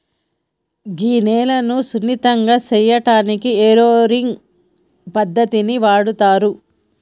గీ నేలను సున్నితంగా సేయటానికి ఏరోయింగ్ పద్దతిని వాడుతారు